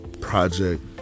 project